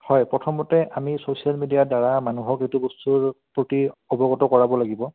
হয় প্ৰথমতে আমি ছ'চিয়েল মিডিয়াৰদ্বাৰা মানুহক সেইটো বস্তুৰ প্ৰতি অৱগত কৰাব লাগিব